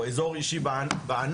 או אזור אישי בענן,